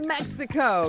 Mexico